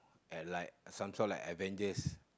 and like some sort of Avengers